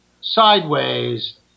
sideways